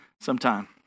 sometime